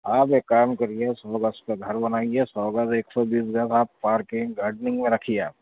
آپ ایک کام کریے اُس میں سو گز کا گھر بنائیے گے سو گز ایک سو بیس گز آپ پارکنگ گارڈننگ میں رکھیے آپ